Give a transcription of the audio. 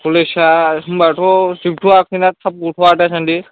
कलेजा होनबाथ' जोबथ'वाखैना थाब ग'थ'वा दासानदि